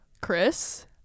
Chris